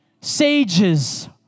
Sages